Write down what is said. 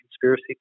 conspiracy